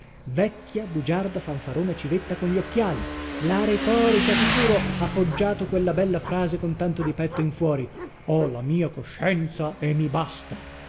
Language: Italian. vecchia bugiarda fanfarona civetta con gli occhiali la retorica sicuro ha foggiato questa bella frase con tanto di petto in fuori ho la mia coscienza e mi basta